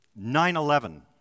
9-11